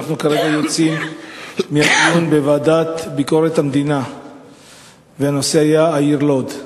אנחנו כרגע יוצאים מדיון בוועדה לביקורת המדינה בנושא העיר לוד.